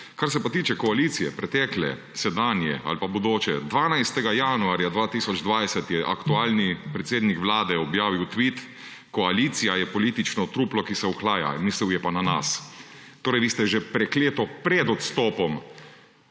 Kar se pa tiče koalicije, pretekle, sedanje ali pa bodoče. 12. januarja 2020 je aktualni predsednik vlade objavil tvit, koalicija je politično truplo, ki se ohlaja, mislil je pa na nas. Torej, vi ste že prekleto pred odstopom